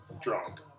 drunk